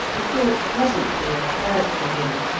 the thought presently occurred to him,